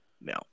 now